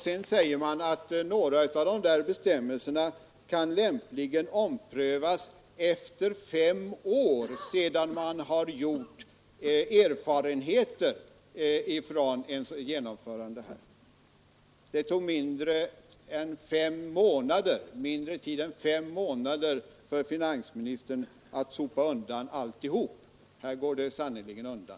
Sedan säger man att några av dessa bestämmelser lämpligen kan omprövas efter fem år när erfarenheter har vunnits från deras genomförande. Det tog mindre än fem månader för finansministern att sopa undan alltihop. Här går det sannerligen undan.